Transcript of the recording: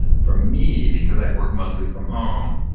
for me, because i work mostly from home,